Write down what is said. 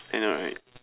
I know right